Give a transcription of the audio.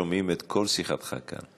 שומעים את כל שיחתך כאן.